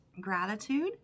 gratitude